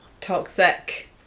Toxic